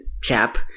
chap